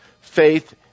faith